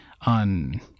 on